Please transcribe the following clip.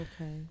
Okay